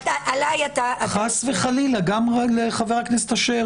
לא נעשה אחרי זה עוד מפגשים של שיעורי בית.